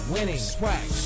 Winning